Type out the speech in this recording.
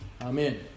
Amen